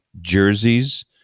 jerseys